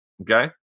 Okay